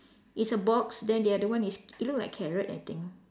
it's a box then the other one is it look like carrot I think